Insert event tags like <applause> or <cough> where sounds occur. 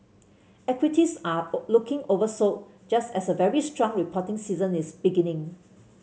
equities are <unintelligible> looking oversold just as a very strong reporting season is beginning